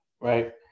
Right